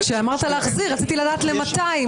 כשאמרת "להחזיר", רציתי לדעת למתי.